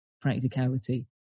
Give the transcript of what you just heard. practicality